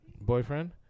boyfriend